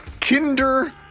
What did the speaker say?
Kinder